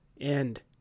end